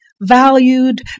Valued